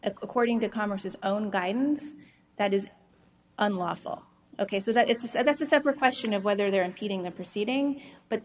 according to congress's own guidelines that is unlawful ok so that is that's a separate question of whether they're impeding the proceeding but